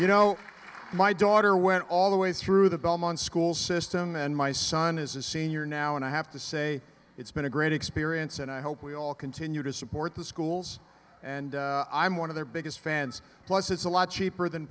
you know my daughter went all the way through the belmont school system and my son is a senior now and i have to say it's been a great experience and i hope we all continue to support the schools and i'm one of their biggest fans plus it's a lot cheaper than